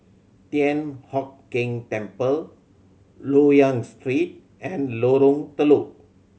Thian Hock Keng Temple Loyang Street and Lorong Telok